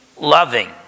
loving